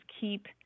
keep